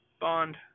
bond